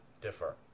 differ